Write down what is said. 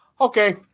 Okay